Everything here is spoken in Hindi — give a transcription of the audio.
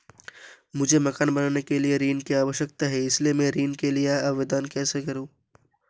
मुझे मकान बनाने के लिए ऋण की आवश्यकता है इसलिए मैं ऋण के लिए आवेदन कैसे करूं?